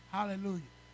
Hallelujah